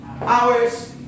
Hours